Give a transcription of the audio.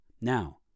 Now